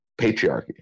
patriarchy